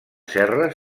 serra